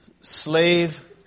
slave